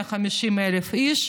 150,000 איש,